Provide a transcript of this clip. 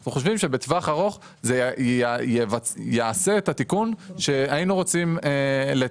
אבל אנחנו חושבים שבטווח הארוך זה יעשה את התיקון שהיינו רוצים לתקן.